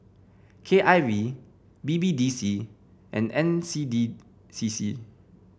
K I V B B D C and N C D C C